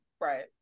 right